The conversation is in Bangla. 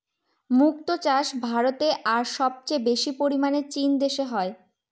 মক্তো চাষ ভারতে আর সবচেয়ে বেশি পরিমানে চীন দেশে হয়